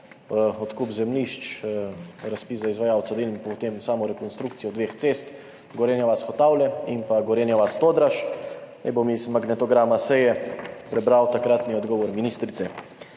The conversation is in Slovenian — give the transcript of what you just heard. odkup zemljišč, razpis za izvajalca del in potem samo rekonstrukcijo dveh cest, Gorenja vas–Hotavlje in Gorenja vas–Todraž. Zdaj bom iz magnetograma seje prebral takratni odgovor ministrice: